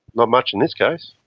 not much in this case.